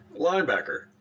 linebacker